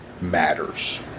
matters